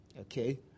Okay